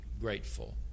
grateful